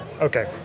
Okay